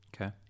Okay